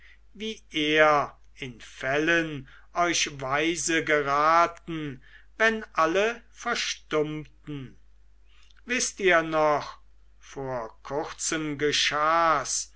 wie er in fällen euch weise geraten wenn alle verstummten wißt ihr noch vor kurzem geschahs